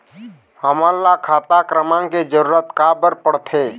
हमन ला खाता क्रमांक के जरूरत का बर पड़थे?